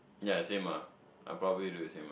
ya same ah I'd probably do the same ah